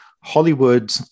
Hollywood